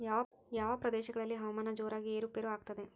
ಯಾವ ಪ್ರದೇಶಗಳಲ್ಲಿ ಹವಾಮಾನ ಜೋರಾಗಿ ಏರು ಪೇರು ಆಗ್ತದೆ?